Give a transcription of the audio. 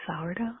sourdough